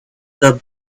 the